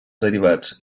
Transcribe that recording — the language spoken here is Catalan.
derivats